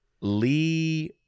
Lee